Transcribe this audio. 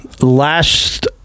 last –